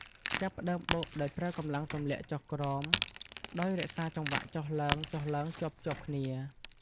ចាប់ផ្តើមបុកដោយប្រើកម្លាំងទម្លាក់ចុះក្រោម ដោយរក្សាចង្វាក់ចុះឡើងៗជាប់ៗគ្នា។